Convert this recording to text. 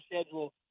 schedule